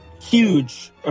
huge